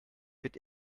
wird